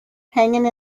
hanging